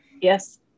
Yes